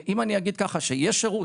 אם אני אגיד ככה, שיש שירות.